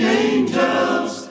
angels